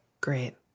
Great